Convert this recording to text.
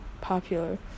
popular